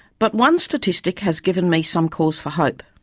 but one statistic has given me some cause for hope.